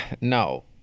no